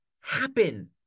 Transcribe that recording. happen